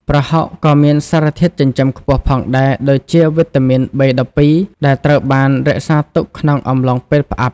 ប្រហុក ក៏មានសារធាតុចិញ្ចឹមខ្ពស់ផងដែរ ដូចជាវីតាមីន B12 ដែលត្រូវបានរក្សាទុកក្នុងអំឡុងពេលផ្អាប់។